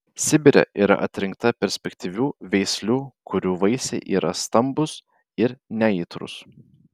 sibire yra atrinkta perspektyvių veislių kurių vaisiai yra stambūs ir neaitrūs